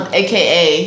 aka